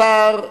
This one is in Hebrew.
השר,